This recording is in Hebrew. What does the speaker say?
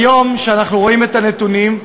כיום, כשאנחנו רואים את הנתונים,